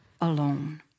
alone